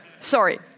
sorry